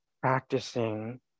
practicing